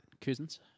Cousins